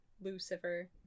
Lucifer